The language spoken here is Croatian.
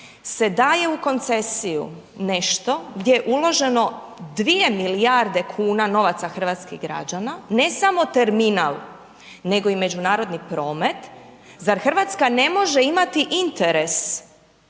se daje u koncesiju nešto gdje je uloženo 2 milijarde kuna novaca hrvatskih građana, ne samo terminal, nego i međunarodni promet. Zar Hrvatska ne može imati interes